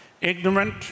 Ignorant